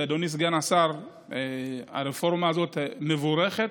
אדוני סגן השר, הרפורמה הזאת מבורכת,